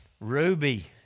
Ruby